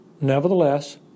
Nevertheless